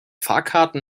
fahrkarten